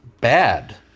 bad